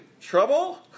Trouble